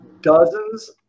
dozens